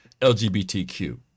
LGBTQ